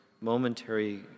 momentary